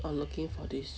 on looking for this